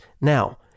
Now